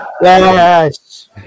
Yes